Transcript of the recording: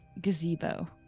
gazebo